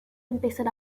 empezar